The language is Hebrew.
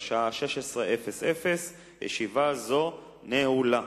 בשעה 16:00. ישיבה זו נעולה.